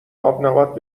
آبنبات